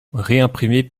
réimprimé